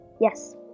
Yes